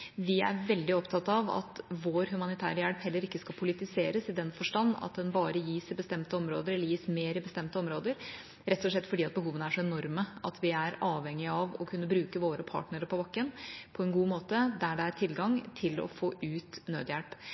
Vi er veldig opptatt av at vår humanitære hjelp heller ikke skal politiseres, i den forstand at den bare gis i bestemte områder – eller gis mer i bestemte områder – rett og slett fordi behovene er så enorme at vi er avhengige av å kunne bruke våre partnere på bakken på en god måte der det er tilgang til å få ut nødhjelp.